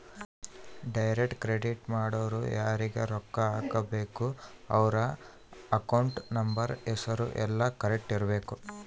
direct credit ಮಾಡೊರು ಯಾರೀಗ ರೊಕ್ಕ ಹಾಕಬೇಕು ಅವ್ರ ಅಕೌಂಟ್ ನಂಬರ್ ಹೆಸರು ಯೆಲ್ಲ ಕರೆಕ್ಟ್ ಇರಬೇಕು